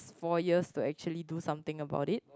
four years to actually do something about it